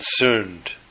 concerned